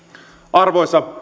arvoisa